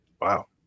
wow